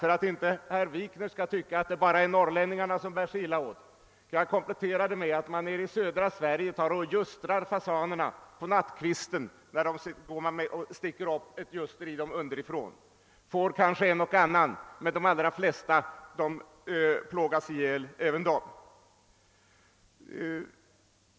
För att inte herr Wikner skall tro att det bara är norrlänningarna som bär sig illa åt, kan jag berätta att tjuvjägarna i södra Sverige ljustrar fasanerna på nattkvisten. Man sticker upp ett ljuster i dem underifrån, får kanske tag i en och annan, medan de allra flesta ligger och plågas ihjäl.